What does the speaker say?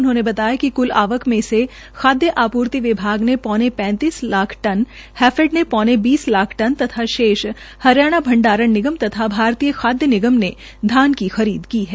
उन्होंने बताया कि कूल आवक में से खाद्य आपूर्ति विभाग ने पौने पैंतीस लाख टन हैफेड ने पौने बीस लाख टन तथा शेष हरियाणा भंडारण निगम और भारतीय खाद्य निगम ने धान की खरीद की है